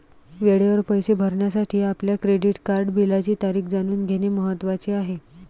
वेळेवर पैसे भरण्यासाठी आपल्या क्रेडिट कार्ड बिलाची तारीख जाणून घेणे महत्वाचे आहे